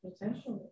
Potentially